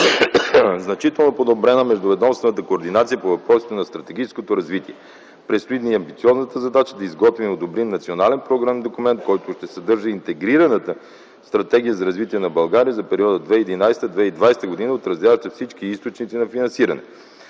значително подобрена междуведомствената координация по въпросите на стратегическото развитие. Предстои ни амбициозната задача да изготвим и одобрим национален програмен документ, който ще съдържа интегрираната Стратегия за развитие на България за периода 2012–2020 г., отразяваща всички източници на финансиране.